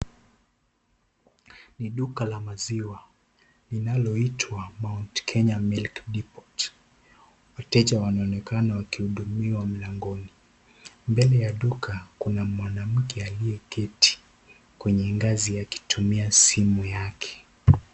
Ni duka la maziwa linaloitwa Mount kenya Milk Depot , wateja wanaonekana wakihudumiwa mlangoni, mbele ya duka kuna mwanamke aliyeketi kwenye ngazi akitumia simu yake.